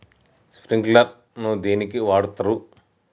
Sprinkler ను దేనికి వాడుతరు?